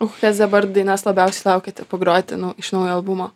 o kokias dabar dainas labiausiai laukiate pagroti nu iš naujo albumo